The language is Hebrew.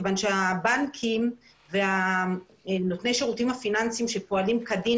מכיוון שהבנקים ונותני השירותים הפיננסיים שפועלים כדין